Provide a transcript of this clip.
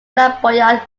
flamboyant